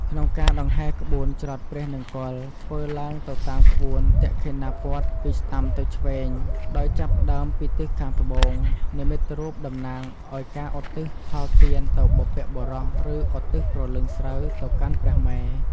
ក្នុងការដង្ហែរក្បួនច្រត់ព្រះនង្គ័លធ្វើឡើងទៅតាមក្បួនទក្ខិណាព័ទ្ធ ពីស្ដាំទៅឆ្វេង ដោយចាប់ផ្ដើមពីទិសខាងត្បូង និមិត្តរូបតំណាងឱ្យការឧទ្ទិសផលទានទៅបុព្វបុរស ឬ ឧទ្ទិសព្រលឹងស្រូវទៅកាន់ព្រះមេ។